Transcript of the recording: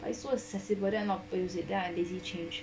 I so accessible then opposite then I lazy to change